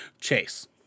Chase